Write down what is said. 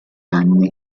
anni